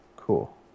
Cool